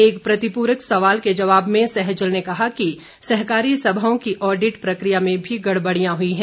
एक प्रतिपूरक सवाल के जवाब में सहजल ने कहा कि सहकारी सभाओं की ऑडिट प्रक्रिया में भी गड़बड़ियां हुई हैं